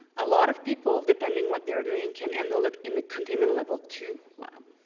a lot of people depending what they're doing, can handle it in a containment level two lab.